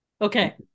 Okay